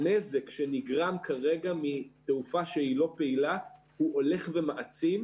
הנזק שנגרם כרגע מתעופה לא פעילה הולך ומעצים,